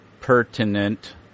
pertinent